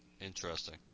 Interesting